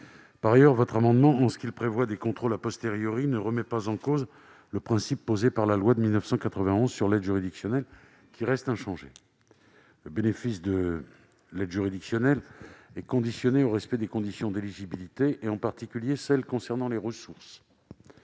Par ailleurs, cet amendement, en ce qu'il tend à prévoir des contrôles, ne remet pas en cause le principe posé par la loi de 1991 sur l'aide juridictionnelle, qui reste inchangé. Le bénéfice de l'aide juridictionnelle est conditionné au respect des conditions d'éligibilité, en particulier de celles qui concernent les ressources.